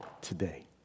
today